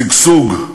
שגשוג,